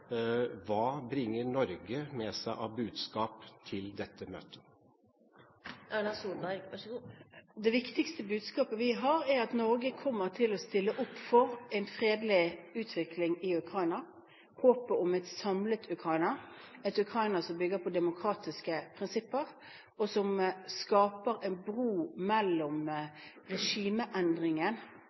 Hva bringer Norge med seg av budskap til dette møtet? Det viktigste budskapet vi har, er at Norge kommer til å stille opp for en fredelig utvikling i Ukraina, håpet om et samlet Ukraina, et Ukraina som bygger på demokratiske prinsipper, og som skaper en bro mellom regimeendringen